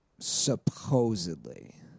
Supposedly